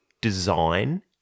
design